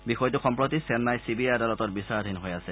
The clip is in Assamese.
বিষয়টো সম্প্ৰতি চেন্নাই চি বি আই আদালতত বিচাৰাধীন হৈ আছে